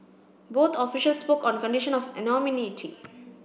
both officials spoke on condition of anonymity